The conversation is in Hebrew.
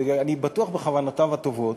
ואני בטוח בכוונותיו הטובות,